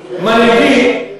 מנהיגים